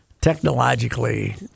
technologically